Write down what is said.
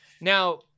Now